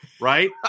Right